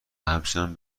همچنان